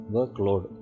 Workload